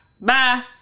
bye